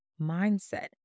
mindset